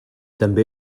també